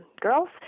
girls